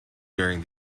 during